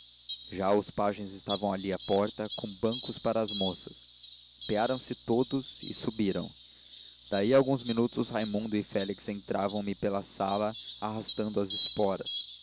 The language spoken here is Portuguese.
já os pajens estavam ali à porta com bancos para as moças apearam-se todos e subiram daí a alguns minutos raimundo e félix entravam me pela sala arrastando as esporas